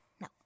No